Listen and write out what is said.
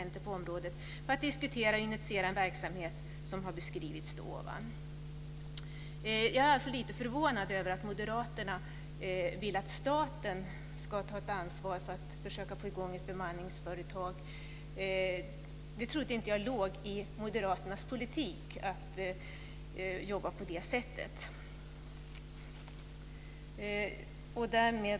Jag är lite förvånad över att Moderaterna vill att staten ska ta ett ansvar för att försöka få i gång ett bemanningsföretag. Jag trodde inte att det låg i Moderaternas politik att jobba på det sättet.